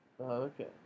Okay